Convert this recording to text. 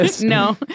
No